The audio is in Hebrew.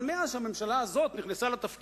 אבל מאז נכנסה הממשלה הזאת לתפקיד,